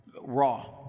raw